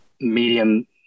medium